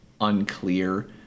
unclear